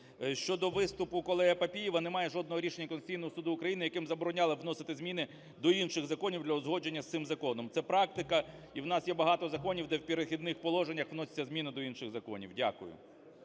Щодо виступу колеги Папієва, немає жодного рішення Конституційного Суду України, яким заборонялося внести зміни до інших законів для узгодження з цим законом. Це практика і в нас є багато законів, де в "Перехідних положеннях" вносяться зміни до інших законів. Дякую.